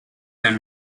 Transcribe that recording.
and